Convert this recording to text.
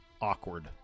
awkward